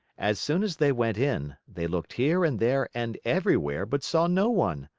as soon as they went in, they looked here and there and everywhere but saw no one.